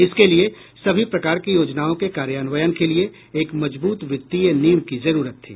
इसके लिए सभी प्रकार की योजनाओं के कार्यान्वयन के लिए एक मजबूत वित्तीय नींव की जरूरत थी